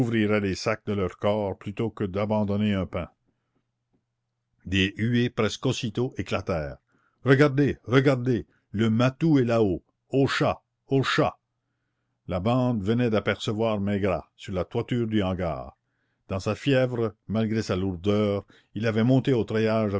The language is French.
les sacs de leur corps plutôt que d'abandonner un pain des huées presque aussitôt éclatèrent regardez regardez le matou est là-haut au chat au chat la bande venait d'apercevoir maigrat sur la toiture du hangar dans sa fièvre malgré sa lourdeur il avait monté au treillage